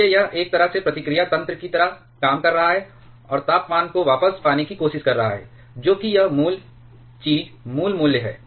इसलिए यह एक तरह से प्रतिक्रिया तंत्र की तरह काम कर रहा है और तापमान को वापस पाने की कोशिश कर रहा है जो की यह मूल चीज़ मूल मूल्य है